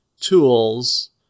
tools